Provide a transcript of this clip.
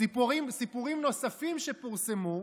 סיפורים נוספים שפורסמו,